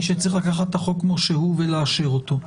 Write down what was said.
שצריך לקחת את החוק כמו שהוא ולאשר אותו.